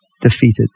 defeated